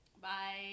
Bye